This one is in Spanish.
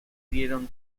dieron